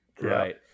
Right